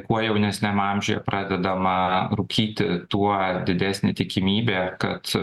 kuo jaunesniam amžiuje pradedama rūkyti tuo didesnė tikimybė kad